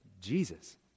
Jesus